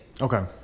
Okay